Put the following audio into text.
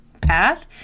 path